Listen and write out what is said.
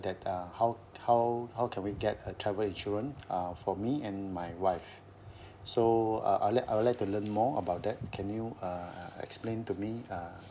that uh how how how can we get a travel insurance uh for me and my wife so I I would like I would like to learn more about that can you err explain to me uh